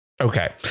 okay